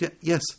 Yes